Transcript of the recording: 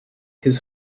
his